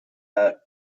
that